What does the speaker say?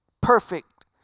perfect